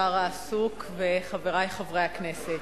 השר העסוק וחברי חברי הכנסת,